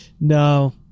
No